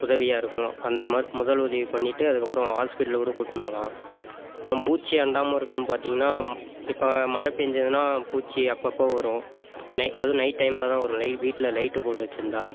உதவியாகயிருக்கும் அந்த மாதிரி முதலுதவி பண்ணிட்டு அதுக்கு அப்புறம் ஹாஸ்பிடல் கூட கூட்டின்னு போகலாம் அப்புறம் பூச்சி அண்டாமல் இருக்கணும்னு பார்த்தீங்கன்னா இப்போ மழை பெஞ்சுதுன்னா பூச்சி அப்பப்போ வரும் நை அதுவும் நைட் டைமில்தான் வரும் வீட்டில் லைட் போட்டு வச்சுருந்தா